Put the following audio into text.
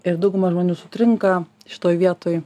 ir dauguma žmonių sutrinka šitoj vietoj